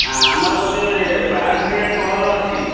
ହାଁ ଆମର ଗୋଟେ ବାହାଘରିଆ କଲ ଅଛି